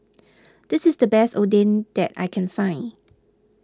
this is the best Oden that I can find